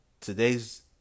today's